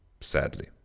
Sadly